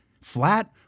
flat